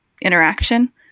interaction